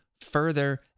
further